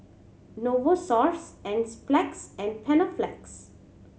Novosource Enzyplex and Panaflex